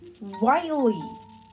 Wiley